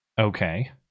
Okay